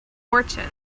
fortune